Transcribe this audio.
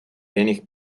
wenig